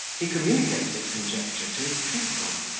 he communicated his conjecture to his pupil,